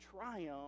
triumph